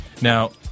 Now